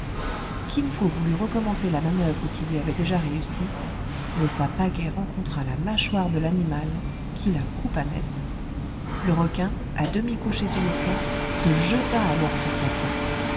kin fo voulut recommencer la manoeuvre qui lui avait déjà réussi mais sa pagaie rencontra la mâchoire de l'animal qui la coupa net le requin à demi couché sur le flanc se jeta alors sur sa proie